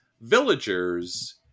Villager's